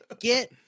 Get